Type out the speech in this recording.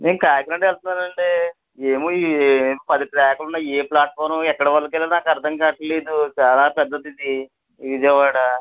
నేను కాకినాడ వెళ్తున్నాను అండి ఏమో పది ప్లాట్ఫార్మ్లు ఉన్నాయి ఏ ఫ్లాట్ఫార్మ్ ఎక్కడ వరకెళ్ళాలో నాకర్ధం కావట్లేదు చాలా పెద్దది ఇది ఈ విజయవాడ